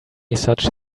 such